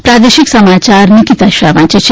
પ્રાદેશિક સમાયાર નિકિતા શાહ વાંચે છે